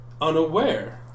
unaware